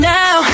now